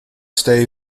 stay